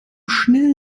schnell